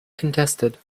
contested